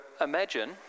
imagine